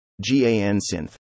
GAN-Synth